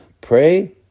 Pray